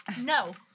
no